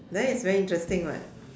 that is very interesting one